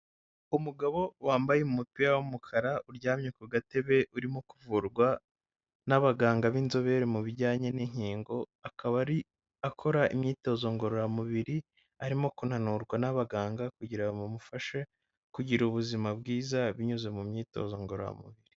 Umugabo wambaye umupira w'umukara uryamye ku gatebe urimo kuvurwa n'abaganga b'inzobere mu bijyanye n'inkingo akaba akora imyitozo ngororamubiri arimo kunanurwa n'abaganga kugira ngo bamumufashe kugira ubuzima bwiza binyuze mu myitozo ngororamubiri.